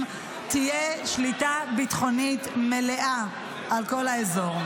תהיה שליטה ביטחונית מלאה על כל האזור.